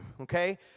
okay